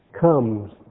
comes